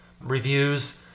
reviews